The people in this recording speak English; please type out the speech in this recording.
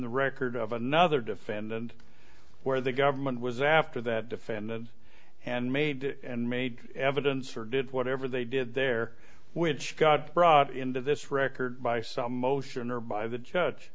the record of another defendant where the government was after that defendant and made and made evidence or did whatever they did there which got brought into this record by some motion or by the judge